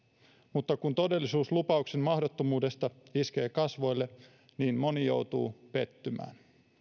mutta kun todellisuus lupauksen mahdottomuudesta iskee kasvoille niin moni joutuu pettymään